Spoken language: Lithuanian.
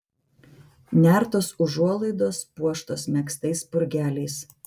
nertos užuolaidos puoštos megztais spurgeliais